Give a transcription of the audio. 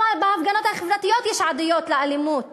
יש עדויות על אלימות